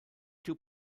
two